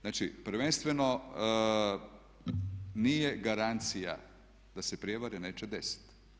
Znači, prvenstveno nije garancija da se prijevare neće desiti.